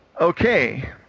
okay